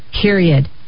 period